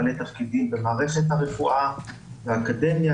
בעלי תפקידים במערכת הרפואה ואקדמיה,